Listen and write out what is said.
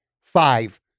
five